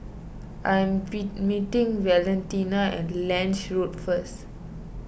I am meeting Valentina at Lange Road first